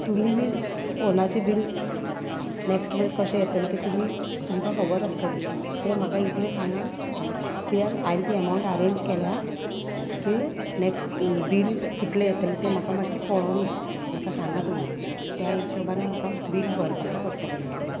तुमी बी फोनाचे बील नॅक्स्ट मंत कशें येतले ते तुमी तुमकां खबर आसतली ते म्हाका इतले सांगा कित्याक हांवें ती अमावंट अरेंज केल्या की नॅक्स्ट बील कितले येतले ते म्हाका मातशें कळो दी म्हाका सांगा तुमी त्या हिशोबान म्हाका बील भरपाचें पडटलें मागीर तें